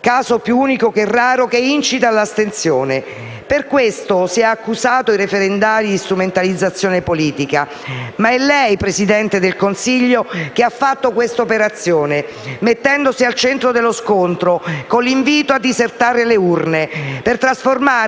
caso più unico che raro, incita all'astensione. Per questo si è accusato i referendari di strumentalizzazione politica. Ma è lei, Presidente del Consiglio, che ha fatto questa operazione, mettendosi al centro dello scontro con l'invito a disertare le urne, per trasformare